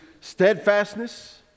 steadfastness